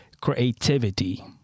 creativity